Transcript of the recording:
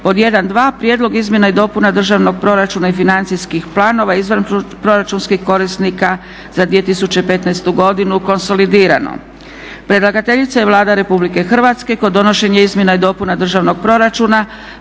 1.2.Prijedlog izmjena i dopuna Državnog proračuna i financijskih planova izvanproračunskih korisnika za 2015. godinu (konsolidirano) Predlagateljica je Vlada RH. Kod donošenja izmjena i dopuna državnog proračuna